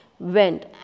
Went